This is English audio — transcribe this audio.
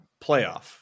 playoff